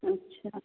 अच्छा